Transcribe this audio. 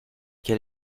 quel